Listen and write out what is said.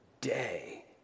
day